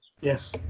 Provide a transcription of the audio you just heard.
Yes